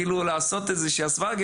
לעשות איזו שהיא הסוואה.